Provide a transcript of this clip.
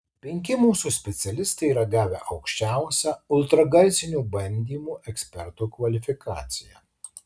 penki mūsų specialistai yra gavę aukščiausią ultragarsinių bandymų ekspertų kvalifikaciją